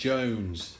Jones